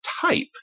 type